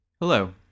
Hello